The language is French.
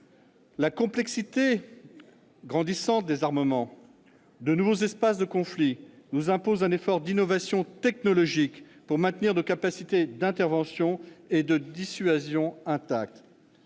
La complexité grandissante des armements, de nouveaux espaces de conflit nous imposent un effort d'innovation technologique pour maintenir nos capacités d'intervention et de dissuasion intactes.